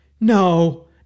No